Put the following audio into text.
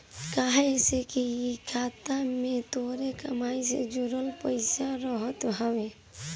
काहे से कि इ खाता में तोहरे कमाई के जोड़ल पईसा रहत हवे